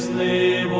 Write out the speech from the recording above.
the